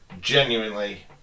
genuinely